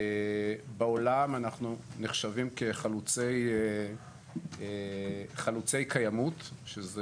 בעולם אנחנו נחשבים כחלוצי קיימות שזה